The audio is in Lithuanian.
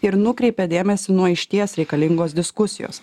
ir nukreipia dėmesį nuo išties reikalingos diskusijos